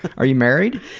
but are you married?